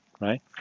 right